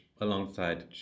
alongside